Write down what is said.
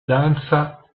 danza